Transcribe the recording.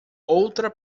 outra